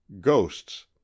GHOSTS